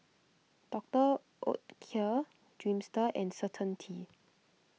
Doctor Oetker Dreamster and Certainty